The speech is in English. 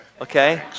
okay